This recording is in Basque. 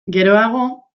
geroago